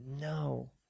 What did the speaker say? No